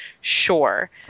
sure